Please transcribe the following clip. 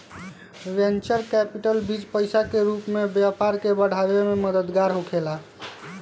venture capital बीज पईसा के रूप में व्यापार के बढ़ावे में मददगार होखेला